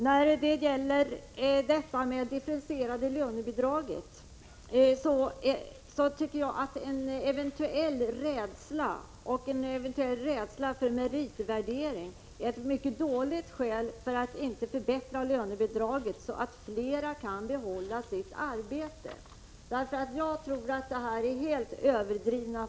När det gäller det differentierade lönebidraget tycker jag att en eventuell rädsla för en meritvärdering utgör ett mycket dåligt skäl för att inte förbättra lönebidraget, så att fler kan behålla sitt arbete. Farhågorna är säkert överdrivna.